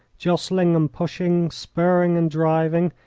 jostling and pushing, spurring and driving,